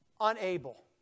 unable